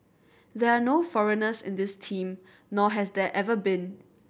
there are no foreigners in this team nor has there ever been